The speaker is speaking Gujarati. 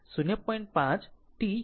5 t u